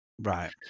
right